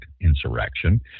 insurrection